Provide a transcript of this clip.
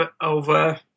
over